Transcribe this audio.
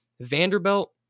Vanderbilt